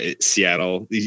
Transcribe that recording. Seattle